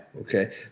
Okay